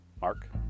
Mark